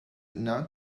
not